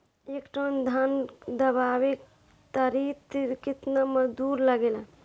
एक टन धान दवावे खातीर केतना मजदुर लागेला?